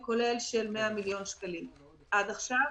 כולל של 100 מיליון שקלים עד עכשיו.